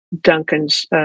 Duncan's